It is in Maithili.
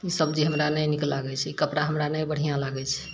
ई सबजी हमरा नहि नीक लागैत छै ई कपड़ा हमरा नहि बढ़िआँ लागैत छै